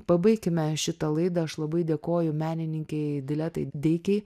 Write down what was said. pabaikime šitą laidą aš labai dėkoju menininkei diletai deikei